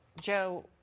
Joe